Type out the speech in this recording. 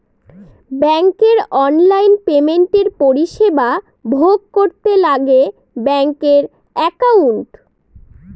ব্যাঙ্কের অনলাইন পেমেন্টের পরিষেবা ভোগ করতে লাগে ব্যাঙ্কের একাউন্ট